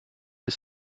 ist